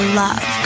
love